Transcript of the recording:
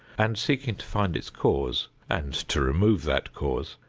and seeking to find its cause and to remove that cause,